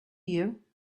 you